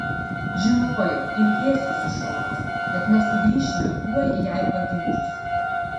žinojau ilgėsiuosi šonos bet mes sugrįšime tuoj jai pagimdžius